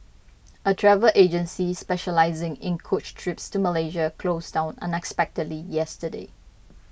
a travel agency specialising in coach trips to Malaysia closed down unexpectedly yesterday